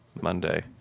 Monday